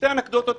שתי אנקדוטות